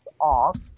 off